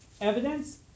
evidence